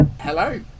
hello